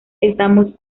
estamos